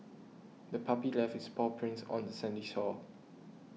the puppy left its paw prints on the sandy shore